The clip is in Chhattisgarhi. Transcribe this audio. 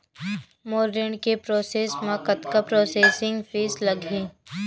मोर ऋण के प्रोसेस म कतका प्रोसेसिंग फीस लगही?